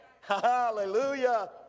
Hallelujah